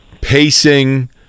pacing